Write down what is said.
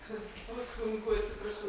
atsistot sunku atsiprašau